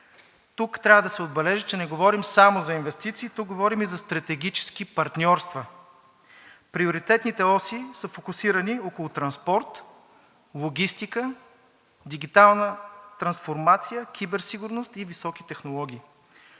Тук трябва да се отбележи, че не говорим само за инвестиции, тук говорим и за стратегически партньорства. Приоритетните оси са фокусирани около транспорт, логистика, дигитална трансформация, киберсигурност и високи технологии.